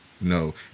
No